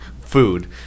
food